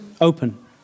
open